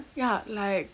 ya like